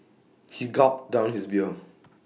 he gulped down his beer